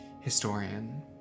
historian